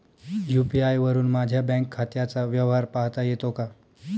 UPI वरुन माझ्या bank खात्याचा व्यवहार पाहता येतो का?